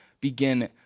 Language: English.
begin